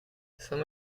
some